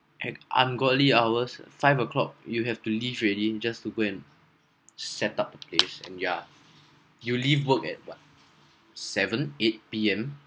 at ungodly hours five o'clock you have to leave already just to go and set up the place and you are you leave work at what seven eight P_M